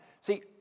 See